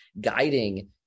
guiding